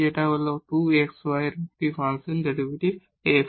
যেটা হল 2 x y এর একটি ফাংশন ডেরিভেটিভ f